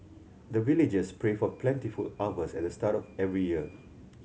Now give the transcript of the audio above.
the villagers pray for plentiful harvest at the start of every year